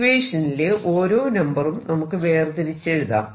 ഇക്വേഷനിലെ ഓരോ നമ്പറും നമുക്ക് വേർതിരിച്ചെഴുതാം